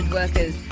workers